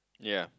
yea